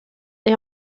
est